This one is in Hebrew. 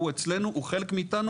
הוא אצלנו, הוא חלק מאיתנו.